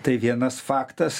tai vienas faktas